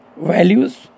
values